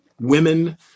Women